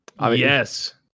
Yes